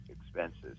expenses